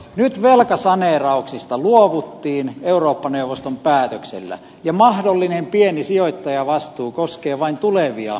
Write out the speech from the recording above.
nyt velkasaneerauksista luovuttiin eurooppa neuvoston päätöksellä ja mahdollinen pieni sijoittajavastuu koskee vain tulevia järjestelyjä